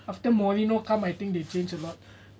after mourinho come I think they change a lot